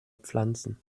pflanzen